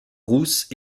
rousse